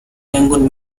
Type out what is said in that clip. yangon